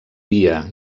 via